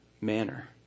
manner